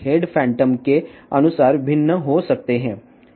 head phantom ప్రకారం క్షితిజ సమాంతర స్థానం మారుతూ ఉండే హోల్డర్లను కలిగి ఉంటాయి